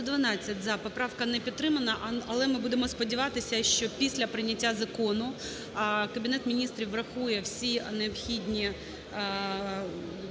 За-112 Поправка не підтримана. Але ми будемо сподіватися, що після прийняття закону Кабінет Міністрів врахує всі необхідні видатки